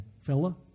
fella